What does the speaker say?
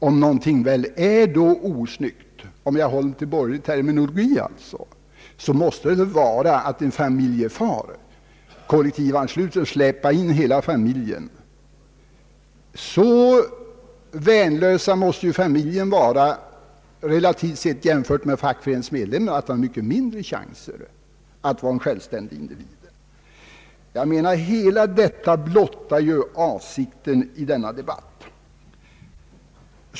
Om något är osnyggt — för att hålla mig till den borgerliga terminologin — måste det väl vara att en familjefar släpar in hela familjen och kollektivansluter den. Så värnlösa måste familjemedlemmarna vara — relativt sett jämfört med fackföreningsmedlemmar — att de har mycket mindre chanser att vara självständiga individer. Allt detta blottar avsikten i denna debatt.